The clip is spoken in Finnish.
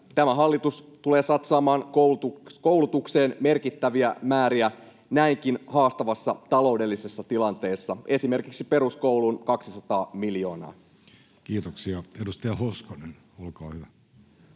tämä hallitus tulee satsaamaan koulutukseen merkittäviä määriä näinkin haastavassa taloudellisessa tilanteessa, esimerkiksi peruskouluun 200 miljoonaa. Kiitoksia. — Edustaja Hoskonen, olkaa hyvä.